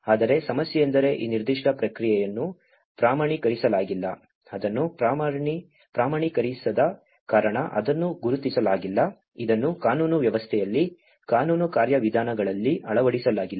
ಆದರೆ ಸಮಸ್ಯೆಯೆಂದರೆ ಈ ನಿರ್ದಿಷ್ಟ ಪ್ರಕ್ರಿಯೆಯನ್ನು ಪ್ರಮಾಣೀಕರಿಸಲಾಗಿಲ್ಲ ಅದನ್ನು ಪ್ರಮಾಣೀಕರಿಸದ ಕಾರಣ ಅದನ್ನು ಗುರುತಿಸಲಾಗಿಲ್ಲ ಇದನ್ನು ಕಾನೂನು ವ್ಯವಸ್ಥೆಯಲ್ಲಿ ಕಾನೂನು ಕಾರ್ಯವಿಧಾನಗಳಲ್ಲಿ ಅಳವಡಿಸಲಾಗಿಲ್ಲ